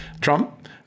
Trump